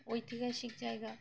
ঐতিহাসিক জায়গা